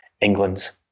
England's